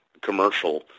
commercial